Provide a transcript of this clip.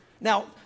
Now